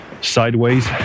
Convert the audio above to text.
sideways